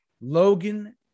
Logan